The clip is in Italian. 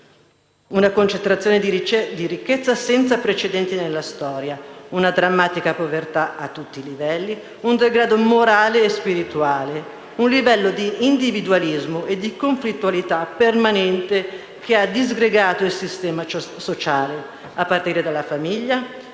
una concentrazione di ricchezza senza precedenti nella storia, una drammatica povertà a tutti i livelli, un degrado morale e spirituale, un livello di individualismo e di conflittualità permanente, che ha disgregato il sistema sociale, a partire della famiglia,